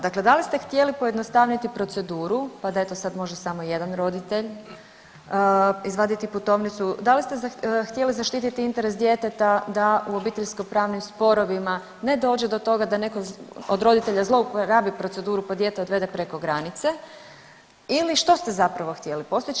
Dakle, da li ste htjeli pojednostavniti proceduru pa da eto sad može samo jedan roditelj izvaditi putovnicu, da li ste htjeli zaštiti interes djeteta da u obiteljsko pravnim sporovima ne dođe do toga da neko od roditelja zlouporabi proceduru pa dijete odvede preko granice ili što ste zapravo htjeli postići?